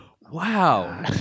Wow